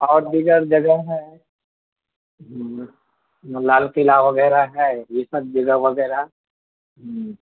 اور دیگر جگہ ہیں ہوں لال قلع وغیرہ ہے یہ سب جگہ وغیرہ ہمم